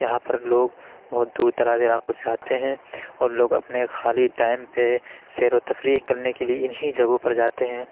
یہاں پر لوگ بہت دور دراز علاقوں سے آتے ہیں اور لوگ اپنے خالی ٹائم پہ سیر و تفریح کرنے کے لیے انہیں جگہوں پر جاتے ہیں